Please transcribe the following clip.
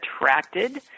attracted